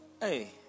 Hey